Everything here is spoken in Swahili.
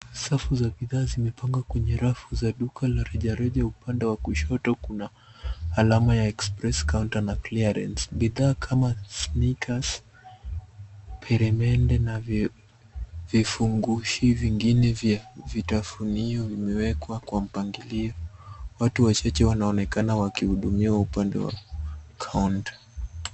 Safu za bidhaa zimepangwa kwenye rafu za duka la rejareja upande wa kushoto kuna alama ya express counter na clearance . Bidhaa kama sneakers , peremende, na vifungushi vingine vya vitafunio, vimewekwa kwa mpangilio. Watu wachache wanaonekana wakihudumiwa upande wa kaunta.